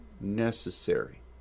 necessary